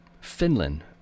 Finland